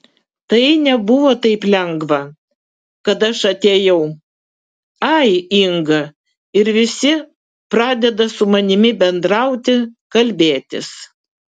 tai nebuvo taip lengva kad aš atėjau ai inga ir visi pradeda su mani bendrauti kalbėtis